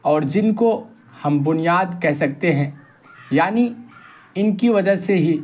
اور جن کو ہم بنیاد کہہ سکتے ہیں یعنی ان کی وجہ سے ہی